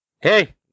Hey